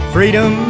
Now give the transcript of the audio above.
Freedom